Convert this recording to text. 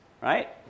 right